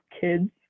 kids